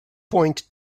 point